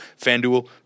FanDuel